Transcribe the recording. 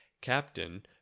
Captain